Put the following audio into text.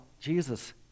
Jesus